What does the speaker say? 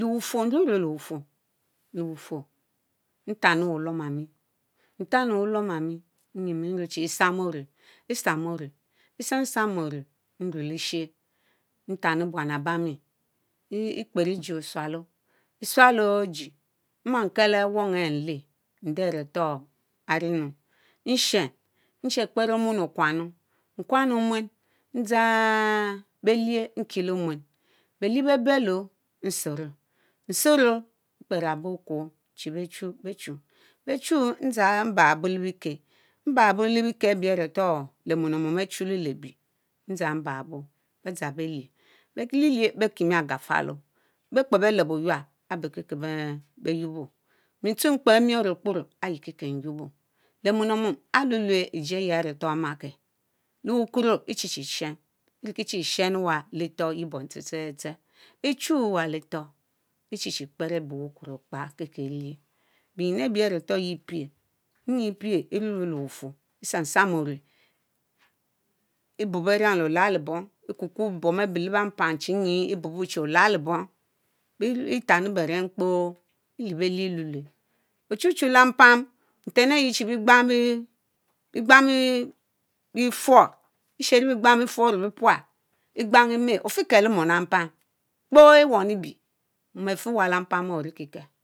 Le-wufurr, mruruléé Bufurr ntani wullom ami, ntami wulom ami, mnyimeh chi ɛpsam sam orueh ɛruleshe ntani buan abami ɛkperr ejie osualow, ɛ’swal low ɛjie ɛmma kell awong ehh mleah nderretor are rienu ntsen nche kperé omuen okwanu, nkwanu omuen beheh bee bello nsere, nsero nkpera bo okworr chi be chu, beh ehu ndza mbarr abor lebekeh, mba are bor lebekeh abieerretor lemom lemom aré chulle leé bee ndza mbarr areborr beh belieh, beheh bekimi agafualo bekparr belwh Oyuáb abeh keke beyubo mi tsueh mkperr miorr akporo ayi kikie nyuobo lemom lemorn aluelue ɛdzerr ayieh aretor amakie, lebukuro ɛichi chi tsen hikichi tsen ɛwaa ɛwa leetor yehh bom tser tserr, ɛchuwa leetor echi chi kperr arebokpo okpa kikie eheh benyin abi arétor yeah pie ɛnyi pie ɛhueluele bufurr ɛpsam pzam orehh ɛbuberen chi olalibo ɛkuku bom abeh leben pan ebubochi olllibor ɛtani beren kporr ɛhieh behe ɛlulue. Ochuchu lepan ntan ehh chi begban béé fourr ɛshero begbang befurr lee be pual, ɛgbana eme ofikielo mom ewan lee mpam kporr ewamn leh libieh mom afiewa lepan are orikie kiu.